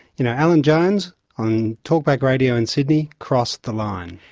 you know, alan jones, on talkback radio in sydney, crossed the line.